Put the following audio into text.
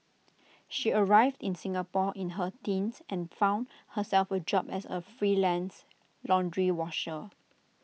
she arrived in Singapore in her teens and found herself A job as A freelance laundry washer